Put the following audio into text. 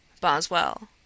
Boswell